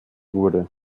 wurde